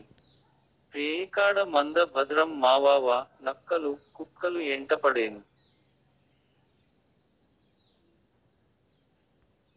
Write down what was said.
రేయికాడ మంద భద్రం మావావా, నక్కలు, కుక్కలు యెంటపడేను